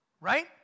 Right